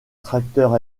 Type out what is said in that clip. tracteur